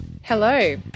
Hello